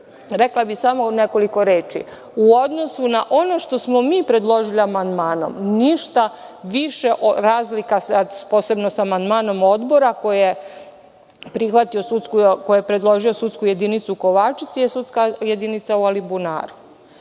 bih samo nekoliko reči. U odnosu na ono što smo mi predložili amandmanom ništa više razlika, posebno sa amandmanom Odbora koji je predložio sudsku jedinicu u Kovačici, je sudska jedinica u Alibunaru.